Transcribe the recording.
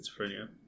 schizophrenia